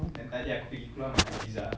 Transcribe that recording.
yang tadi aku pergi keluar makan pizza